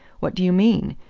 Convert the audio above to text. what do you mean?